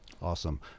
Awesome